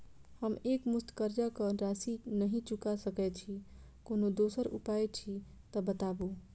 हम एकमुस्त कर्जा कऽ राशि नहि चुका सकय छी, कोनो दोसर उपाय अछि तऽ बताबु?